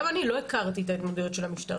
גם אני לא הכרתי את ההתמודדויות של המשטרה.